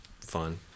fun